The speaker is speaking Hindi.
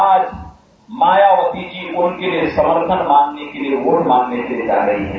आज मायावती जी उनके समर्थन मांगने के लिये वोट मांगने के लिये जा रही है